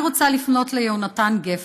אני רוצה לפנות ליהונתן גפן: